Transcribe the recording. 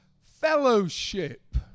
fellowship